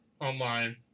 online